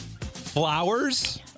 flowers